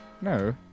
No